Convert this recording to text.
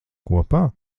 kopā